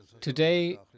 today